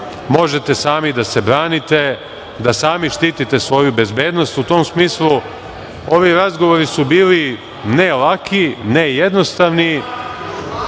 možete sami da se branite, da sami štitite svoju bezbednost. U tom smislu ovi razgovori su bili ne laki, ne jednostavni,